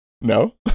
No